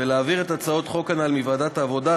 ולהעביר את הצעות החוק הנ"ל מוועדת העבודה,